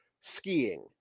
skiing